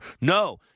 No